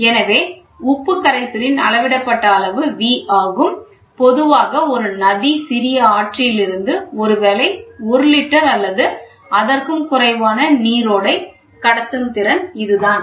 எனவே உப்பு கரைசலின் அளவிடப்பட்ட அளவு V ஆகும் பொதுவாக ஒரு நதி சிறிய ஆற்றிலிருந்து ஒருவேளை 1 லிட்டர் அல்லது அதற்கும் குறைவான நீரோட்டம் கடத்துத்திறன் இதுதான்